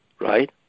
right